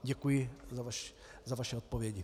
Děkuji za vaše odpovědi.